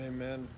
Amen